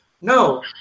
No